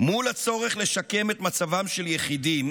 "מול הצורך לשקם את מצבם של יחידים,